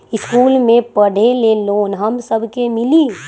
इश्कुल मे पढे ले लोन हम सब के मिली?